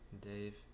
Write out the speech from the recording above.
Dave